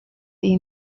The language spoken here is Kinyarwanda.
iyi